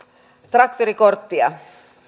traktorikorttia